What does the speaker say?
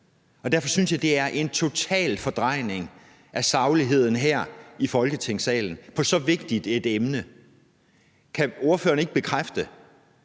Derfor synes jeg, at det er en total fordrejning af sagligheden her i Folketingssalen iså vigtigt et emne. Kan ordføreren ikke bekræfte,